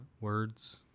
Words